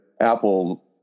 Apple